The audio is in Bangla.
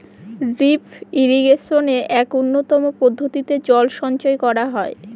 ড্রিপ ইরিগেশনে এক উন্নতম পদ্ধতিতে জল সঞ্চয় করা হয়